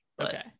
Okay